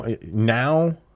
now